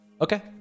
Okay